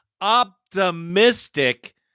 optimistic